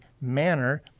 manner